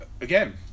again